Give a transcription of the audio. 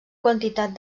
quantitat